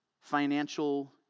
financial